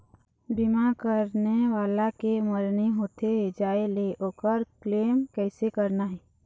बीमा करने वाला के मरनी होथे जाय ले, ओकर क्लेम कैसे करना हे?